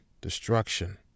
destruction